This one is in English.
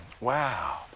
Wow